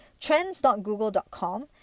trends.google.com